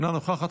אינה נוכחת,